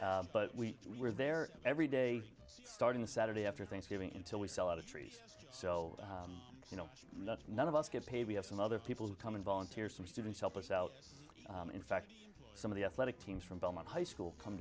that but we were there every day starting the saturday after thanksgiving until we sell out of trees just so you know none of us get paid we have some other people who come in volunteers some students help us out in fact some of the athletic teams from belmont high school come